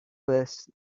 burst